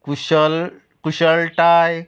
कुशल कुशळटाय